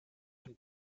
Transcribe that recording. von